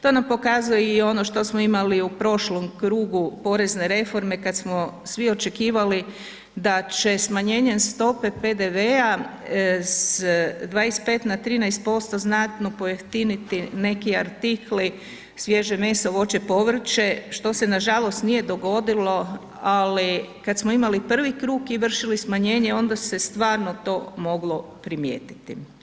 To nam pokazuje i ono što smo imali u prošlom krugu porezne reforme kad smo svi očekivali da će smanjenjem stope PDV-a s 25 na 13% znatno pojeftiniti neki artikli, svježe meso, voće i povrće, što se nažalost nije dogodilo, ali kad smo imali prvi krug i vršili smanjenje, onda se stvarno to moglo primijetiti.